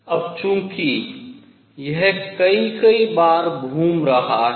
अब चूंकि यह कई कई बार घूम रहा है